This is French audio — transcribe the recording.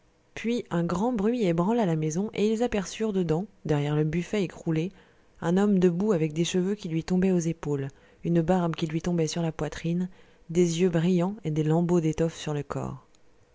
puis un grand bruit ébranla la maison et ils aperçurent dedans derrière le buffet écroulé un homme debout avec des cheveux qui lui tombaient aux épaules une barbe qui lui tombait sur la poitrine des yeux brillants et des lambeaux d'étoffe sur le corps